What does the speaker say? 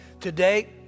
Today